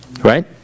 right